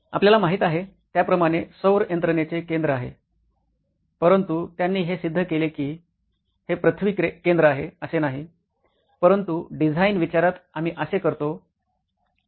आपल्याला माहित आहे त्याप्रमाणे सौर यंत्रणेचे केंद्र आहे परंतु त्यांनी हे सिद्ध केले की हे पृथ्वी केंद्र आहे असे नाही परंतु डिझाइन विचारात आम्ही असे करतो